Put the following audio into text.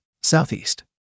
Southeast